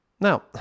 now